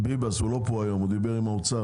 ביבס הוא לא פה היום, הוא דיבר עם האוצר